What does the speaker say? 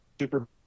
super